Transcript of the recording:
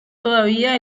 todavía